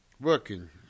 working